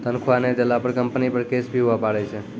तनख्वाह नय देला पर कम्पनी पर केस भी हुआ पारै छै